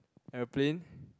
aeroplane